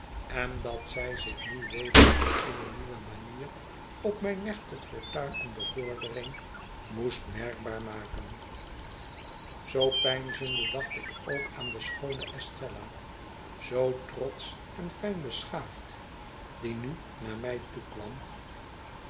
en dat zij zich nu weder op eene nieuwe manier op mijn weg tot fortuin en bevordering moest merkbaar maken zoo peinzende dacht ik ook aan de schoone estella zoo trotsch en fijn beschaafd die nu naar mij toe